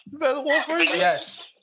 Yes